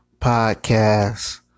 podcast